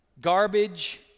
garbage